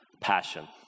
passion